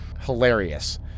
Hilarious